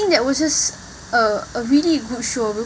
that was just a a really good show